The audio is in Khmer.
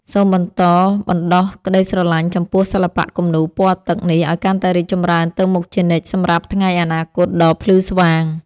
សូមបន្តបណ្តុះក្តីស្រឡាញ់ចំពោះសិល្បៈគំនូរពណ៌ទឹកនេះឱ្យកាន់តែរីកចម្រើនទៅមុខជានិច្ចសម្រាប់ថ្ងៃអនាគតដ៏ភ្លឺស្វាង។